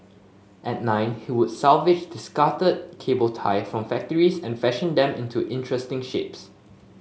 at nine he would salvage discarded cable tie from factories and fashion them into interesting shapes